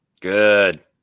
good